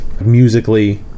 musically